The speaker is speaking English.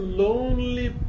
lonely